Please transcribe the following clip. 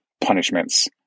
punishments